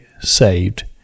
saved